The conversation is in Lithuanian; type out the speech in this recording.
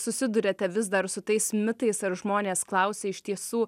susiduriate vis dar su tais mitais ar žmonės klausia iš tiesų